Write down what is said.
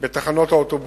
בתחנות האוטובוסים.